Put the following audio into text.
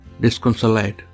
disconsolate